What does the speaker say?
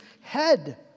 head